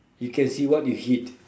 you can see what you hit